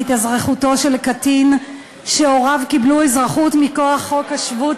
בהתאזרחותו של קטין שהוריו קיבלו אזרחות מכוח חוק השבות,